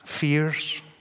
Fears